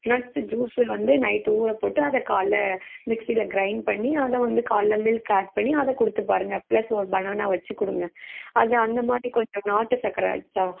nuts ஜுஸ்ஸை வந்து night ஊற போட்டு அதை காலைல மிக்ஸியில க்ரைண்ட் பண்ணி அதை வந்து காலைல மில்க் ஆட் பண்ணி அதை கொடுத்து பாருங்கள் ப்ளஸ் ஒரு பனானா வச்சு கொடுங்க அது அந்தமாதிரி கொஞ்சம் நாட்டு சக்கரை லைட்டாக